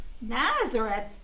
Nazareth